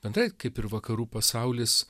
bendrai kaip ir vakarų pasaulis